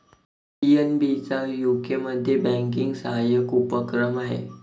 PNB चा यूकेमध्ये banking सहाय्यक उपक्रम आहे